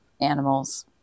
animals